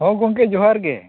ᱦᱳᱭ ᱜᱚᱢᱠᱮ ᱡᱚᱦᱟᱨ ᱜᱮ